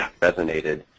resonated